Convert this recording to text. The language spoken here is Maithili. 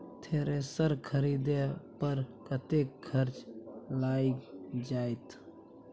थ्रेसर खरीदे पर कतेक खर्च लाईग जाईत?